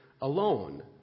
alone